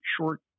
short